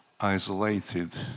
isolated